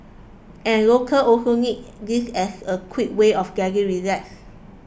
and locals also need this as a quick way of getting relaxed